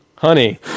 Honey